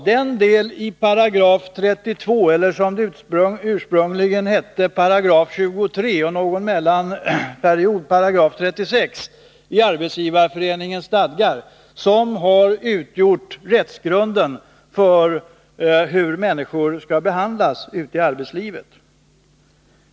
Den delen av 32§ — ursprungligen hette den 23§, och under någon mellanperiod 36 &— i Arbetsgivareföreningens stadgar utgjorde länge rättsgrunden för hur människor behandlades i arbetslivet.